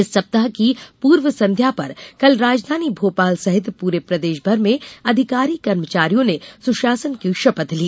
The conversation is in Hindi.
इस सप्ताह की पूर्व संध्या पर कल राजधानी भोपाल सहित पूरे प्रदेश भर में अधिकारीकर्मचारियों ने सुशासन की शपथ ली